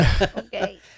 okay